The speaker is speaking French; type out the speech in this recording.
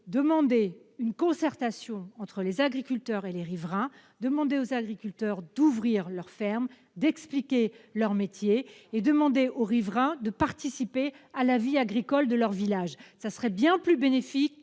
organiser une concertation entre les agriculteurs et les riverains, demander aux agriculteurs d'ouvrir leur ferme et d'expliquer leur métier, et aux riverains de participer à la vie agricole de leur village. Ce serait bien plus bénéfique